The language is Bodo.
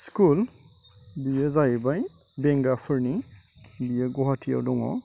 स्कुल बियो जाहैबाय बेंगाफोरनि बियो गुवाहाटियाव दङ